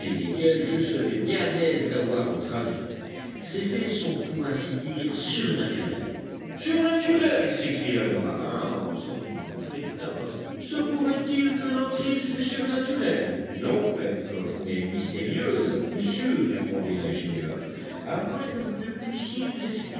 desquels je serais bien aise d'avoir votre avis ces faits sont pour ainsi dire surnaturels surnaturels s'écria le marin en lançant une bouffée de tabac se pourrait-il que notre île fût surnaturelle non pencroff mais mystérieuse à coup sûr répondit l'ingénieur à moins que vous ne puissiez nous